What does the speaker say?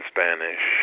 Spanish